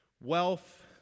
wealth